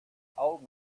old